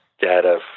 data